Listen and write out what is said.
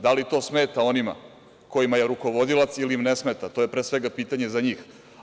Da li to smeta onima kojima je rukovodilac ili im ne smeta, to je pre svega pitanje za njih.